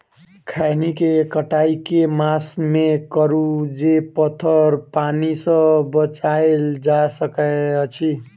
खैनी केँ कटाई केँ मास मे करू जे पथर पानि सँ बचाएल जा सकय अछि?